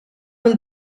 mill